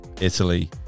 Italy